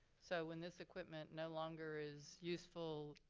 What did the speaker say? so when this equipment no longer is useful,